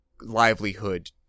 livelihood